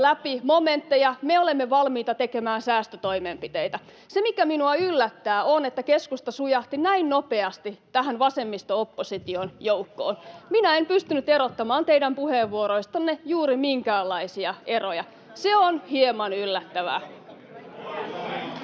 läpi momentteja. Me olemme valmiita tekemään säästötoimenpiteitä. Se, mikä minua yllättää, on, että keskusta sujahti näin nopeasti vasemmisto-opposition joukkoon. Minä en pystynyt erottamaan teidän puheenvuoroistanne juuri minkäänlaisia eroja. Se on hieman yllättävää.